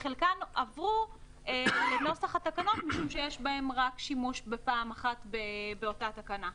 וחלקן עברו לנוסח התקנות משום שיש בהם רק שימוש בפעם אחת באותה תקנה.